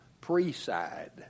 pre-side